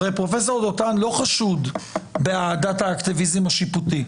הרי פרופ' דותן לא חשוד באהדת האקטיביזם השיפוטי,